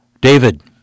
David